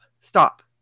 stop